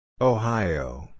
Ohio